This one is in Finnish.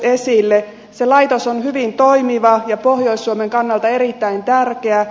se laitos on hyvin toimiva ja pohjois suomen kannalta erittäin tärkeä